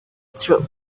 through